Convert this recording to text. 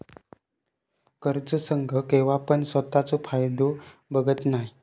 कर्ज संघ केव्हापण स्वतःचो फायदो बघत नाय